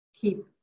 keep